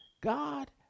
God